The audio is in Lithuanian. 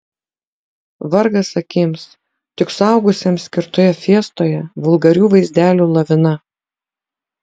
vargas akims tik suaugusiems skirtoje fiestoje vulgarių vaizdelių lavina